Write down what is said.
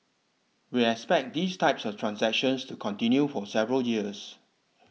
we expect these types of transactions to continue for several years